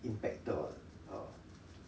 impacted or uh